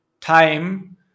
time